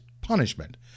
punishment